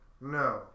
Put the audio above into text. no